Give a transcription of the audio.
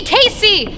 Casey